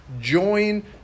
Join